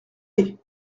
aller